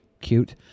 Cute